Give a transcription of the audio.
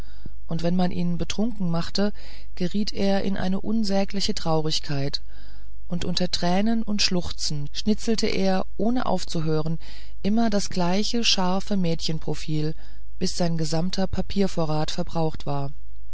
und wenn man ihn betrunken machte geriet er in eine unsägliche traurigkeit und unter tränen und schluchzen schnitzelte er ohne aufzuhören immer das gleiche scharfe mädchenprofil bis sein ganzer papiervorrat verbraucht war